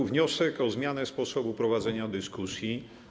Mam wniosek o zmianę sposobu prowadzenia dyskusji.